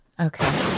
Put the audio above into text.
Okay